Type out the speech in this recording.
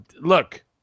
look